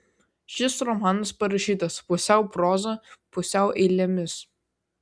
šis romanas parašytas pusiau proza pusiau eilėmis